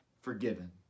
forgiven